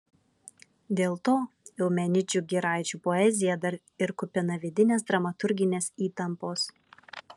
dėl to eumenidžių giraičių poezija dar ir kupina vidinės dramaturginės įtampos